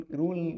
rule